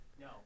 No